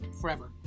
forever